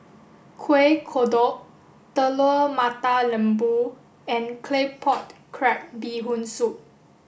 Kuih Kodok Telur Mata Lembu and Claypot Crab Bee Hoon Soup